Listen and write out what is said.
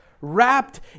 wrapped